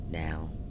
Now